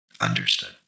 Understood